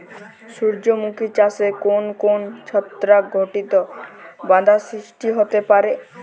সূর্যমুখী চাষে কোন কোন ছত্রাক ঘটিত বাধা সৃষ্টি হতে পারে?